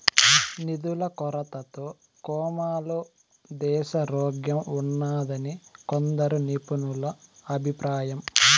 నిధుల కొరతతో కోమాలో దేశారోగ్యంఉన్నాదని కొందరు నిపుణుల అభిప్రాయం